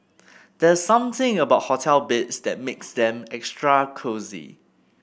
there's something about hotel beds that makes them extra cosy